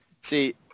See